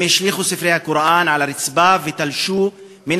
הם השליכו את ספרי הקוראן על הרצפה ותלשו מן